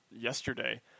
yesterday